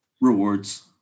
rewards